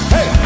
Hey